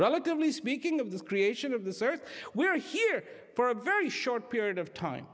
relatively speaking of this creation of the search we're here for a very short period of time